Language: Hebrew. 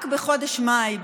רק בחודש במאי,